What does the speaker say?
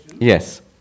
Yes